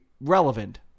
relevant